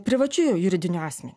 privačiu juridiniu asmeniu